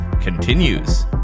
continues